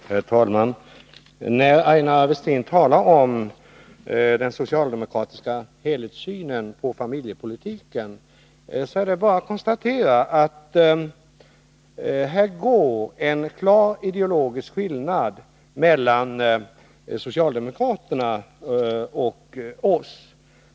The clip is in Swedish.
Herr talman! När Aina Westin talar om den socialdemokratiska helhetssynen på familjepolitiken är det bara att konstatera att det finns en klar ideologisk skillnad mellan socialdemokraterna och oss.